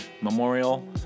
memorial